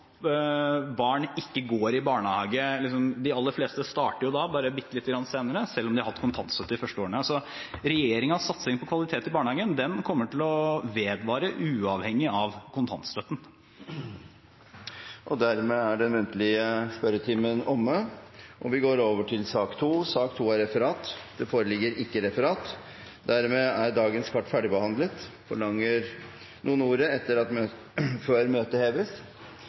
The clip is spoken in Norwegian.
barn ikke går i barnehage. De aller fleste starter jo selv om de har hatt kontantstøtte de første årene, bare bittelite grann senere. Regjeringens satsing på kvalitet på barnehagen kommer til å vedvare uavhengig av kontantstøtten. Dermed er den muntlige spørretimen omme. Det foreligger ikke noe referat. Dermed er dagens kart ferdigbehandlet. Forlanger noen ordet før møtet heves? – Møtet